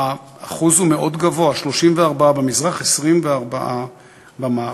האחוז הוא מאוד גבוה, 34 במזרח, 24 במערב.